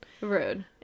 Rude